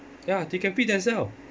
ya they can feed themself